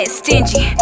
stingy